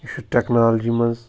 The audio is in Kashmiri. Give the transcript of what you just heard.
یہِ چھُ ٹٮ۪کنالجی منٛز